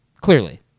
Clearly